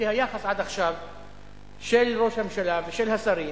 כי היחס עד עכשיו של ראש הממשלה ושל השרים